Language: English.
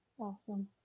Awesome